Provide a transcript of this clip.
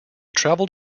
traveled